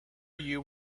you